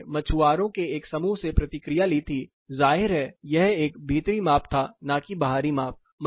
हमने मछुआरों के एक समूह से प्रतिक्रिया ली थी ज़ाहिर है यह एक भीतरी माप था न कि बाहरी माप